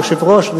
היושב-ראש.